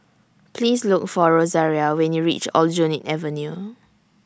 Please Look For Rosaria when YOU REACH Aljunied Avenue